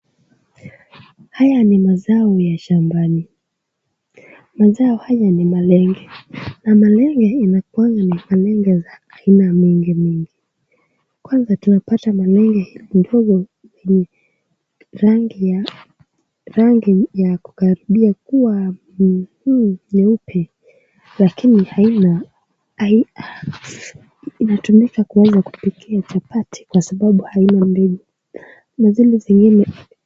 Haya ni mazao ya shambani . Mazao haya ni malenge . Na malenge inakuanga ni ya aina mingi mingi. Kwanza tunapata malenge ndogo yenye rangi ya, rangi ya kukaribia kuwa nyekundu nyeupe, rangi , lakini haina ...inatumika kupikia chapati kwa sababu aina bengu na zile zingine...